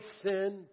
sin